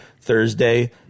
Thursday